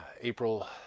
April